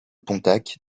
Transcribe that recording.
pontacq